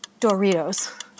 Doritos